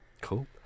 cool